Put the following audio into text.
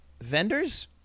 Vendors